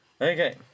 Okay